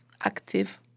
active